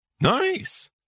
Nice